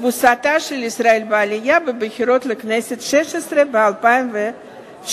תבוסתה של ישראל בעלייה בבחירות לכנסת השש-עשרה ב-2003.